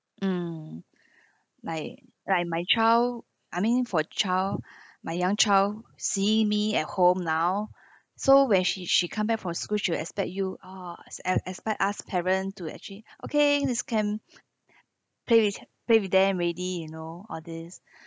mm like like my child I mean for child my young child see me at home now so when she she come back from school she will expect you oh ex~ expect us parent to actually okay this can play with play with them already you know all these